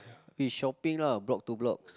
we shopping lah blocks to blocks